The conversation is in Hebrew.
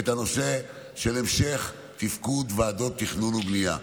הנושא של המשך תפקוד ועדות תכנון ובנייה.